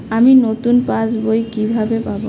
আমি নতুন পাস বই কিভাবে পাব?